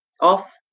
off